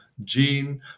gene